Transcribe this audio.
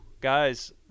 guys